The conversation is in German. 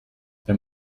wenn